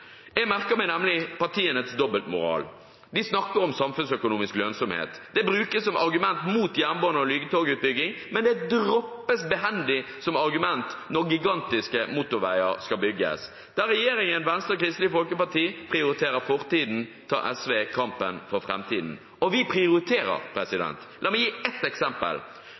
Jeg merker meg partienes dobbeltmoral. De snakker om samfunnsøkonomisk lønnsomhet, og det brukes som argument mot jernbane- og lyntogutbygging, men droppes behendig som argument når gigantiske motorveier skal bygges. Der regjeringen, Venstre og Kristelig Folkeparti prioriterer fortiden, tar SV kampen for framtiden. Og vi prioriterer. La meg gi ett eksempel.